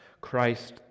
Christ